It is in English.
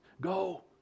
go